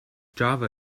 java